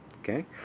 Okay